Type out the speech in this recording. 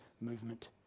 movement